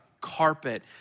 carpet